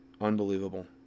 Unbelievable